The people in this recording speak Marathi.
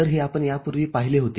तर हे आपण यापूर्वी पाहिले होते